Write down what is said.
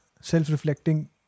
self-reflecting